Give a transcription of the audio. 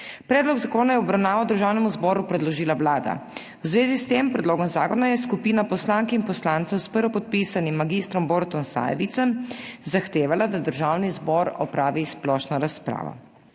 Predlog zakona je v obravnavo Državnemu zboru predložila Vlada. V zvezi s tem predlogom zakona je skupina poslank in poslancev s prvopodpisanim mag. Borutom Sajovicem zahtevala, da Državni zbor opravi splošno razpravo.